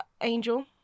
Angel